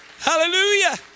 Hallelujah